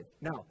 Now